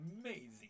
amazing